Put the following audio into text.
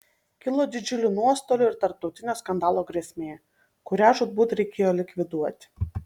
kilo didžiulių nuostolių ir tarptautinio skandalo grėsmė kurią žūtbūt reikėjo likviduoti